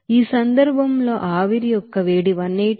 ఈ సందర్భంలో ఆవిరి యొక్క వేడి 180